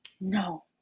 No